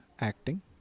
acting